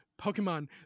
Pokemon